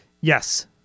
Yes